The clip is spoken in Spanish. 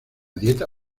dieta